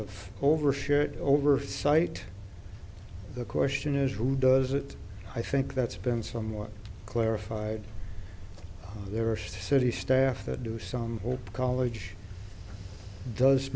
of overshirt oversight the question is who does it i think that's been somewhat clarified there are city staff that do some college does